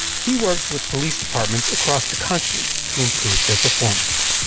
he worked with police departments across the country to improve their performance.